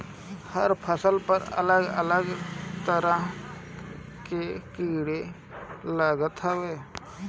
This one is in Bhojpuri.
हर फसल पर अलग अलग तरह के कीड़ा लागत हवे